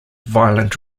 violent